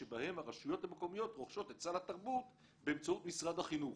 שבו הרשויות המקומיות רוכשות את סל התרבות באמצעות משרד החינוך.